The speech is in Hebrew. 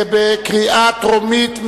קריאה טרומית,